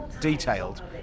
detailed